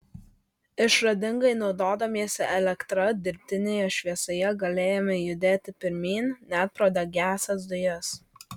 išradingai naudodamiesi elektra dirbtinėje šviesoje galėjome judėti pirmyn net pro degiąsias dujas